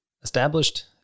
Established